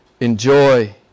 enjoy